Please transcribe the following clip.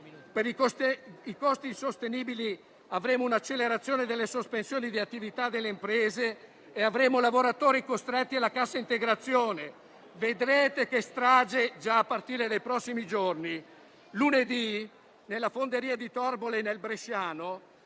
Per i costi insostenibili avremo un'accelerazione delle sospensioni di attività delle imprese e lavoratori costretti alla cassa integrazione. Vedrete che strage già a partire dai prossimi giorni. Lunedì nella fonderia di Torbole, nel bresciano,